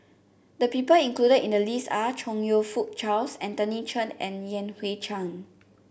the people included in the list are Chong You Fook Charles Anthony Chen and Yan Hui Chang